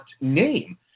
name